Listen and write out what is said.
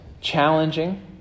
challenging